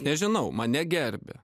nežinau mane gerbia